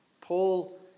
Paul